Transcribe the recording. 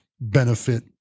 benefit